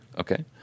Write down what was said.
Okay